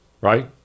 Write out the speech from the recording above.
right